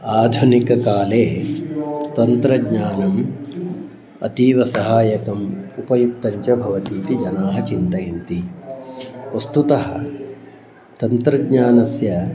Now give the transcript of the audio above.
आधुनिककाले तन्त्रज्ञानम् अतीव सहाय्यकम् उपयुक्तं च भवति इति जनाः चिन्तयन्ति वस्तुतः तन्त्रज्ञानस्य